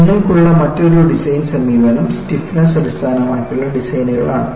നിങ്ങൾക്കുള്ള മറ്റൊരു ഡിസൈൻ സമീപനം സ്റ്റിഫ്നെസ് അടിസ്ഥാനമാക്കിയുള്ള ഡിസൈനുകൾ ആണ്